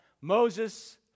Moses